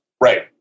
Right